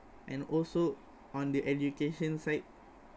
and also on the education side